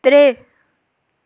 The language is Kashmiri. ترٛےٚ